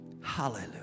Hallelujah